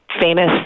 Famous